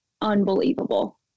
unbelievable